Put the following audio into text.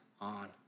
on